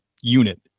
unit